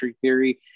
theory